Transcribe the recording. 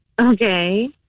Okay